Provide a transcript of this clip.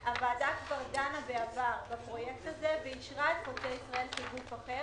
כביש חוצה ישראל בע"מ כ"גוף אחר"